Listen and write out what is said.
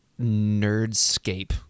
nerdscape